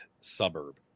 suburb